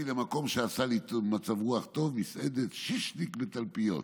למקום שעשה לי מצב רוח טוב מסעדת שישליק בתלפיות.